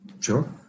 Sure